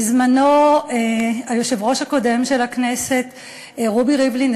בזמנו היושב-ראש הקודם של הכנסת רובי ריבלין,